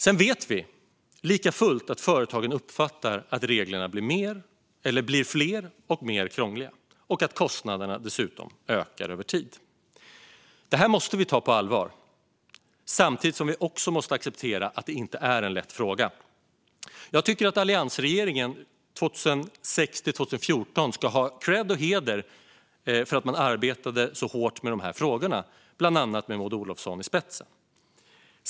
Sedan vet vi att företagen likafullt uppfattar att reglerna blir fler och mer krångliga och att kostnaderna dessutom ökar över tid. Detta måste vi ta på allvar, samtidigt som vi också måste acceptera att det inte är en lätt fråga. Jag tycker att alliansregeringen 2006-2014 ska ha kredd och heder för att den arbetade så hårt med de här frågorna, bland annat med Maud Olofsson i spetsen.